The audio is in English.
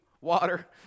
water